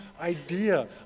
idea